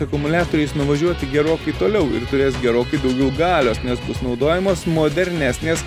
akumuliatoriais nuvažiuoti gerokai toliau ir turės gerokai daugiau galios nes bus naudojamos modernesnės